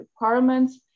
requirements